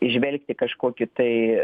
įžvelgti kažkokį tai